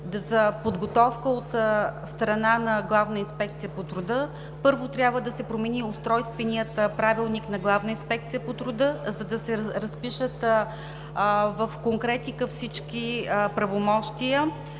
за подготовка от страна на „Главна инспекция по труда“ – първо, трябва да се промени Устройственият правилник на „Главна инспекция по труда“, за да се разпишат в конкретика всички правомощия,